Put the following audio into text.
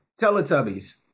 Teletubbies